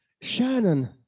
Shannon